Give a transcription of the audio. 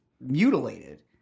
mutilated